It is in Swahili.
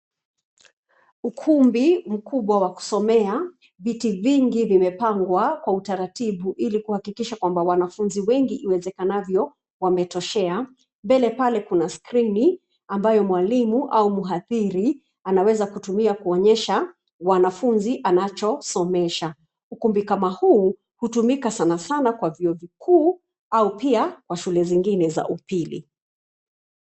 Ukumbi mkubwa wa kusomea, viti vingi vimepangwa kwa utaratibu ilikuhakikisha kwamba wanafunzi wengi iwezekanavyo, wametoshea. Mbele pale kuna skrini ambayo mwalimu au mhadhiri, anaweza kutumia kuonyesha wanafunzi anachosomesha. Ukumbi kama huu hutumika sana sana kwa vyuo vikuu au pia kwa shule zingine za upili.